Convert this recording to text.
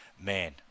man